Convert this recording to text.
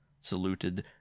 saluted